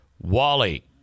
Wally